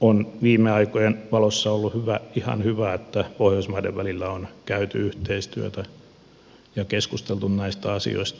on viime aikojen valossa ollut ihan hyvä että pohjoismaiden välillä on käyty yhteistyötä ja keskusteltu näistä asioista